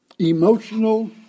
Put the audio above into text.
Emotional